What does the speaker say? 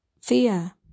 Fear